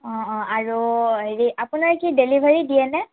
অ' অ' আৰু হেৰি আপোনাৰ কি ডেলিভাৰী দিয়েনে